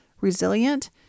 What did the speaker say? resilient